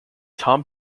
tom